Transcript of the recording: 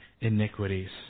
iniquities